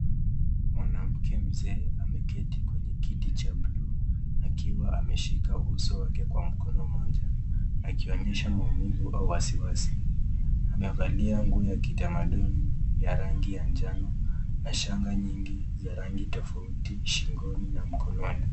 Mwanamke mzee ameketi kwenye kiti cha buluu akiwa ameshika uso wake kwa mkono moja akionyesha maumivu au wasiwasi. Amevalia nguo ya kitamaduni ya rangi ya njano na shanga nyingi za rangi tofauti shingoni na mkononi.